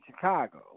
Chicago